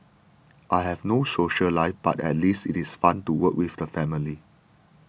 I have no social life but at least it is fun to work with the family